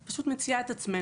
אני פשוט מציעה את עצמנו,